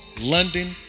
London